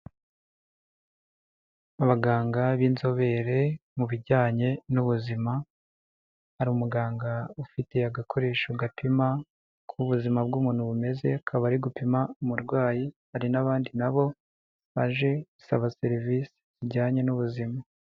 Abaganga b'inzobere mu bijyanye n'ubuzima, hari umuganga ufite agakoresho gapima uko ubuzima bw'umuntu bumeze, akaba ari gupima umurwayi hari n'abandi na bo baje gusaba serivisi zijyanye n'ubuzima.